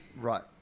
Right